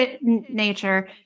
nature